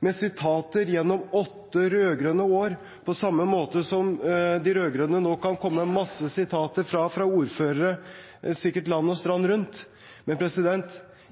med sitater gjennom åtte rød-grønne år – på samme måte som at de rød-grønne nå kan komme med mange sitater fra ordførere fra land og strand rundt. Men